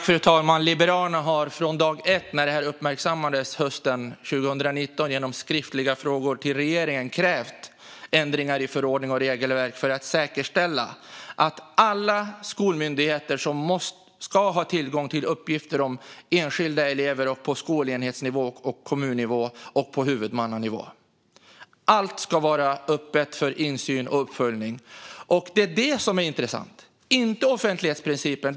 Fru talman! Liberalerna har från dag ett när frågan uppmärksammades hösten 2019 genom skriftliga frågor till regeringen krävt ändringar i förordning och regelverk för att säkerställa att alla skolmyndigheter ska få tillgång till uppgifter om enskilda elever på skolenhetsnivå, kommunnivå och huvudmannanivå. Allt ska vara öppet för insyn och uppföljning. Detta är det intressanta, inte offentlighetsprincipen.